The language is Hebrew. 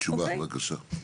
תשובה, בבקשה.